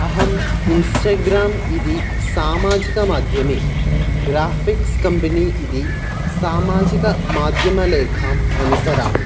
अहम् इन्स्टग्रेम् इति सामाजिकमाध्यमे ग्राफ़िक्स् कम्पेनि इति सामाजिकमाद्यमलेखाम् अनुसरामि